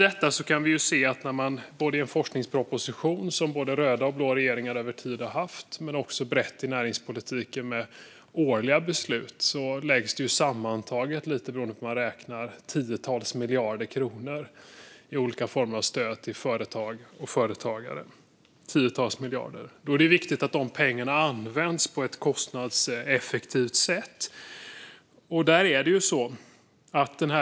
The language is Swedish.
Vi kan se i forskningspropositioner över tid från både röda och blå regeringar och brett i näringspolitiken med årliga beslut att det sammantaget läggs tiotals miljarder kronor, beroende på hur man räknar, i olika former av stöd till företag och företagare. Då är det viktigt att dessa pengar används på ett kostnadseffektivt sätt.